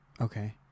Okay